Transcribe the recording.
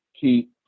keep